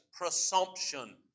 presumption